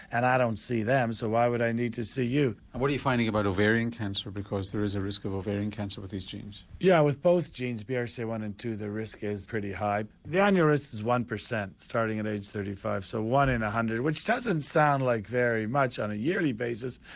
and i don't see them, so why would i need to see you? and what are you finding about ovarian cancer, because there is a risk of ovarian cancer with these genes. yes, yeah with both genes, b r c a one and two, the risk is pretty high. the annual risk is one percent starting at age thirty five, so one in one hundred, which doesn't sound like very much on a yearly basis,